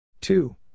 two